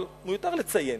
אבל מיותר לציין